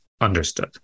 Understood